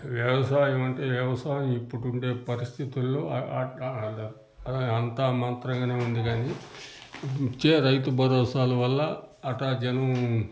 వ్యవసాయం అంటే వ్యవసాయం ఇప్పుడు ఉండే పరిస్థితుల్లో అంత మాత్రంగానే ఉంది కానీ ఇచ్చే రైతు భరోసాల వల్ల అట్టా జనం